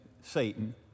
Satan